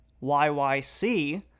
Y-Y-C